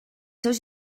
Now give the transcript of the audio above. seus